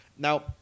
Now